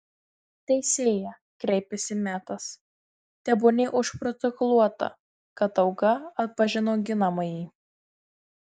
teisėja kreipėsi metas tebūnie užprotokoluota kad auka atpažino ginamąjį